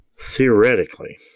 Theoretically